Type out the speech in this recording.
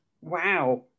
Wow